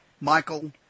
Michael